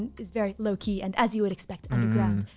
is very low key, and as you would expect underground.